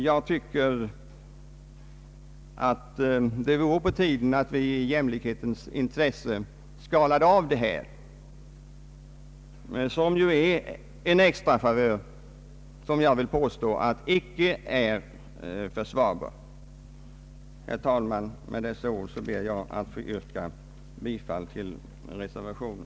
Jag tycker det vore på tiden att vi i jämlikhetens intresse skalade av denna extrafavör, som jag vill påstå icke är försvarbar. Herr talman! Med dessa ord ber jag att få yrka bifall till reservationen.